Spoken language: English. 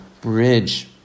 bridge